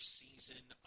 season